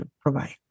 provide